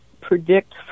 predict